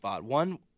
one